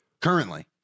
currently